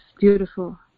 beautiful